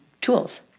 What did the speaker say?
tools